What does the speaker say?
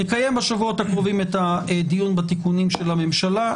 נקיים בשבועות הקרובים את הדיון בתיקונים של הממשלה,